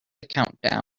countdown